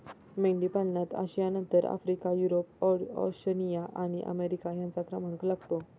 मेंढीपालनात आशियानंतर Africa, Europe, Oceania आणि अमेरिका यांचा क्रमांक लागतो